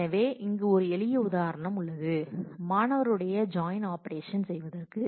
எனவே இங்கு ஒரு எளிய உதாரணம் உள்ளது மாணவர் உடைய ஜாயின் ஆபரேஷன் செய்வதற்கு